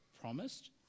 promised